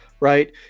right